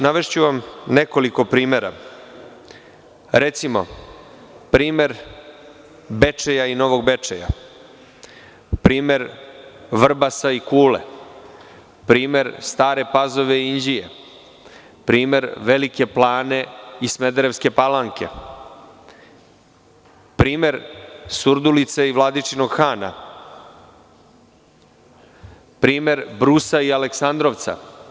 Navešću vam nekoliko primera, recimo, primer Bečeja i Novog Bečeja, primer Vrbasa i Kule, primer Stare Pazove i Inđije, primer Velike Plane i Smederevske Palanke, primer Surdulice i Vladičinog Hana, primer Brusa i Aleksandrovca.